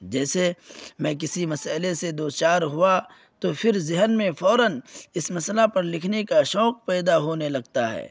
جیسے میں کسی مسئلے سے دو چار ہوا تو پھر ذہن میں فوراً اس مسئلہ پر لکھنے کا شوق پیدا ہونے لگتا ہے